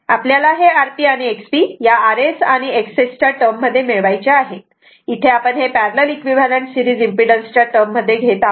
आपल्याला हे Rp आणि XP या rs आणि XS च्या टर्म मध्ये मिळवायचे आहे इथे आपण हे पॅरलल इक्विव्हॅलंट सिरीज इम्पेडन्स च्या टर्म मध्ये घेत आहोत